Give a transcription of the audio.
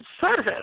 service